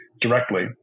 directly